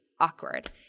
awkward